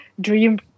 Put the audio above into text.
dream